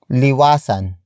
liwasan